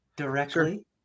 Directly